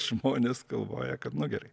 žmonės galvoja kad nu gerai